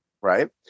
right